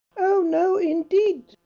oh, no indeed,